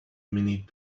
minute